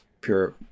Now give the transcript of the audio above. pure